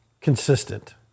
consistent